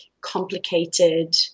complicated